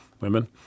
women